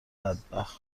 بدبخت